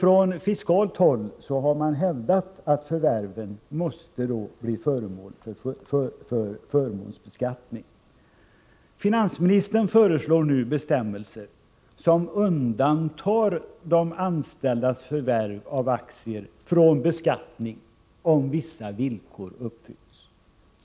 Från fiskalt håll har det hävdats att förvärven måste bli föremål för förmånsbeskattning. Finansministern föreslår nu bestämmelser som undantar de anställdas förvärv av aktier från beskattning, förutsatt att vissa villkor uppfylls.